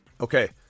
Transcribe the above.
Okay